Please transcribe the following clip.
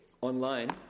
online